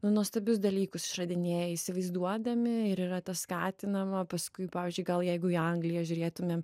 nuostabius dalykus išradinėja įsivaizduodami ir yra tas skatinama paskui pavyzdžiui gal jeigu į angliją žiūrėtumėm